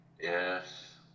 Yes